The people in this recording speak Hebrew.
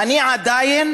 אני עדיין